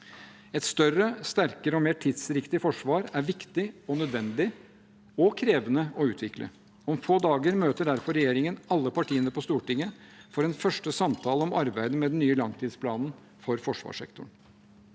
Et større, sterkere og mer tidsriktig forsvar er viktig og nødvendig – og krevende å utvikle. Om få dager møter derfor regjeringen alle partiene på Stortinget for en første samtale om arbeidet med den nye langtidsplanen for forsvarssektoren.